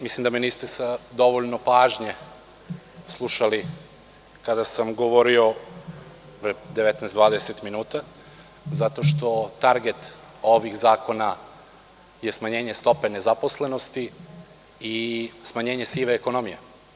Mislim da niste sa dovoljno pažnje slušali kada sam govorio malopre 19, 20 minuta zato što je target ovih zakona smanjenje stope nezaposlenosti i smanjenje sive ekonomije.